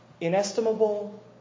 inestimable